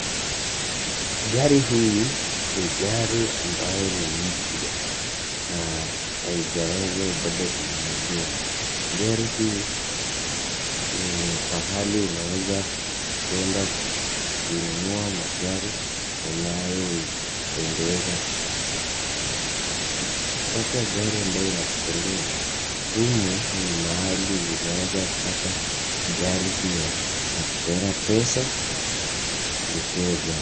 Gari hii ni gari ambayo ni mpya na haijaweza bado kununuliwa. Gari hii ni pahali unaweza kwenda kuinunua magari unayoipendeza moyoni mwako. Kupata gari ambayo inakupendeza humu ni mahali unaweza kupata gari hiyo na kupeana pesa ili upewe gari.